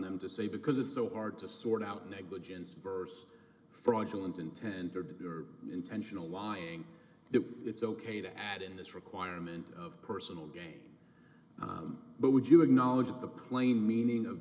them to say because it's so hard to sort out negligence vers fraudulent intended or intentional lying that it's ok to add in this requirement of personal gain but would you acknowledge the plain meaning of